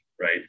right